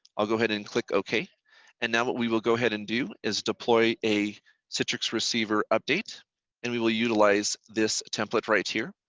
go ahead and click okay and now what we will go ahead and do is deploy a citrix receiver update and we will utilize this template right here.